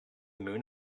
moon